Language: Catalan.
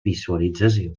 visualització